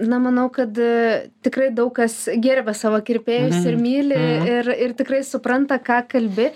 na manau kad tikrai daug kas gerbia savo kirpėjus ir myli ir ir tikrai supranta ką kalbi